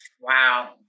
wow